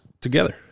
together